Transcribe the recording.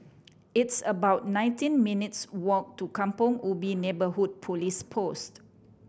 it's about nineteen minutes' walk to Kampong Ubi Neighbourhood Police Post